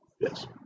Yes